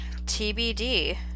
TBD